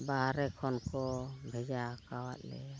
ᱵᱟᱦᱨᱮ ᱠᱷᱚᱱ ᱠᱚ ᱵᱷᱮᱡ ᱟᱠᱟᱫ ᱞᱮᱭᱟ